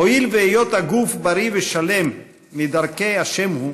"הואיל והיות הגוף בריא ושלם מדרכי השם הוא,